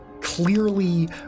clearly